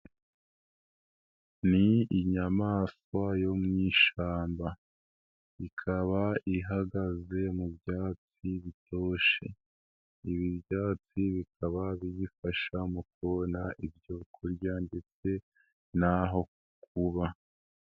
Ni inyamanswa yo mu ishyamba ikaba ihagaze mu byatsi bitoshye, ibi byatsi bikaba biyifasha mu kubona ibyo kurya ndetse n'aho kuba.